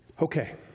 Okay